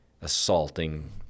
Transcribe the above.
assaulting